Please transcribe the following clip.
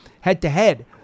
head-to-head